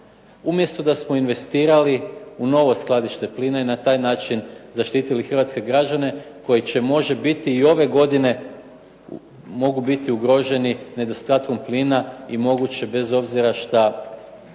umjesto da smo investirali u novo skladište plina i na taj način zaštitili hrvatske građane koji će može biti i ove godine mogu biti ugroženi nedostatkom plina i moguće bez obzira što